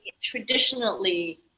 traditionally